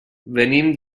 venim